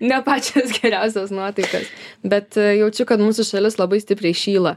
ne pačios geriausios nuotaikos bet jaučiu kad mūsų šalis labai stipriai šyla